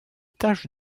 tâches